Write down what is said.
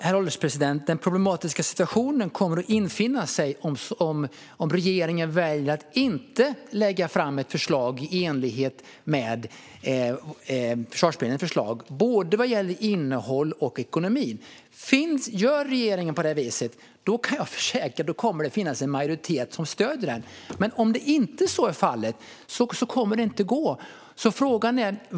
Herr ålderspresident! Den problematiska situationen kommer att infinna sig om regeringen väljer att inte lägga fram ett förslag i enlighet med Försvarsberedningens förslag. Det gäller både innehållet och ekonomin. Om regeringen gör det kan jag försäkra att det kommer att finnas en majoritet som stöder det. Men om så inte är fallet kommer det inte att gå.